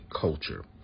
culture